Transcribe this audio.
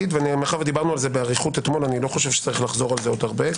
מכיוון שדיברנו על זה באריכות אתמול לא צריך לחזור על זה עוד הרבה,